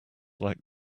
like